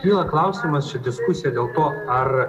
kyla klausimas čia diskusija dėl to ar